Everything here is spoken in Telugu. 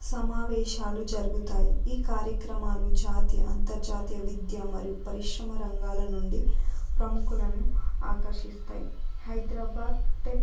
సమావేశాలు జరుగుతాయి ఈ కార్యక్రమాలు జాతీయ అంతర్జాతీయ విద్య మరియు పరిశ్రమ రంగాల నుండి ప్రముఖులను ఆకర్షిస్తాయి హైదరాబాద్ టెక్